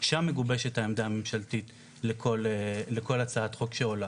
ששם מגובשת העמדה הממשלתית לכל הצעת חוק שעולה.